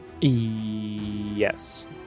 Yes